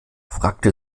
fragte